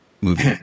movie